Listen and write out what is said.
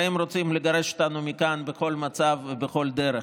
הרי הם רוצים לגרש אותנו מכאן בכל מצב ובכל דרך,